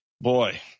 Boy